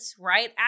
right